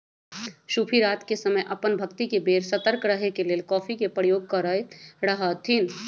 सूफी रात के समय अप्पन भक्ति के बेर सतर्क रहे के लेल कॉफ़ी के प्रयोग करैत रहथिन्ह